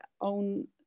own